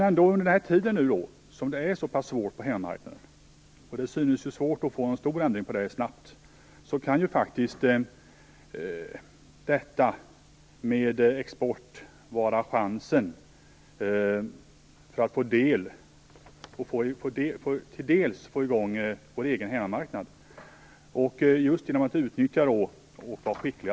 Under tiden som situationen på hemmamarknaden är så pass svår - det synes ju vara svårt att få till stånd en snabb förändring - kan ju faktiskt export vara en chans att få i gång vår egen hemmamarknad, om vi är skickliga och utnyttjar just exporten.